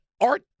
art